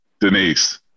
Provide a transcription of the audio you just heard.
Denise